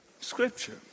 Scripture